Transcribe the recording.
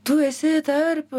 tu esi tarp